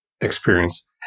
experience